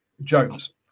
Jones